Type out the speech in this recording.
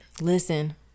listen